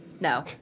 no